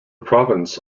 province